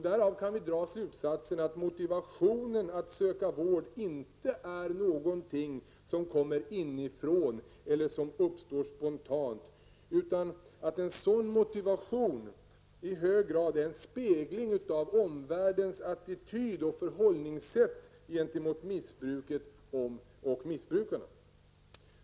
Därav kan vi dra slutsatsen att motivationen att söka vård inte är någonting som kommer inifrån eller som uppstår spontant utan att en sådan motivation i hög grad är en spegling av omvärldens attityd och förhållningssätt gentemot missbruket och missbrukaren.